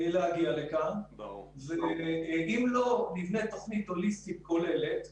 אם לא נבנה תוכנית הוליסטית כוללת,